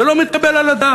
זה לא מתקבל על הדעת.